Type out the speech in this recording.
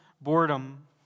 boredom